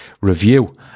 review